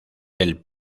del